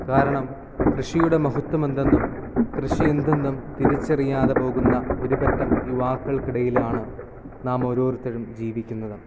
കാരണം കൃഷിയുടെ മഹത്വം എന്തെന്നും കൃഷി എന്തെന്നും തിരിച്ചറിയാതെ പോകുന്ന ഒരു പറ്റം യുവാക്കൾക്കിടയിലാണ് നാം ഓരോരുത്തരും ജീവിക്കുന്നത്